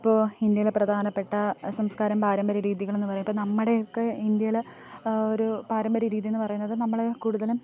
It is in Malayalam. ഇപ്പോൾ ഇന്ത്യയുടെ പ്രധാനപ്പെട്ട സംസ്കാരം പാരമ്പര്യ രീതികളെന്ന് പറയുമ്പോൾ ഇപ്പം നമ്മുടെയൊക്കെ ഇന്ത്യയില് ഒരു പാരമ്പര്യ രീതി എന്ന് പറയുന്നത് നമ്മള് കൂടുതലും